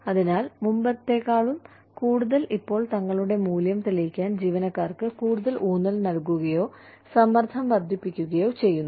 അതിനാൽ മുമ്പെന്നത്തേക്കാളും കൂടുതൽ ഇപ്പോൾ തങ്ങളുടെ മൂല്യം തെളിയിക്കാൻ ജീവനക്കാർക്ക് കൂടുതൽ ഊന്നൽ നൽകുകയോ സമ്മർദ്ദം വർദ്ധിപ്പിക്കുകയോ ചെയ്യുന്നു